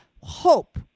hope